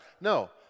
No